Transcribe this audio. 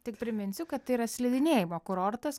tik priminsiu kad tai yra slidinėjimo kurortas